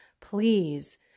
please